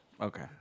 Okay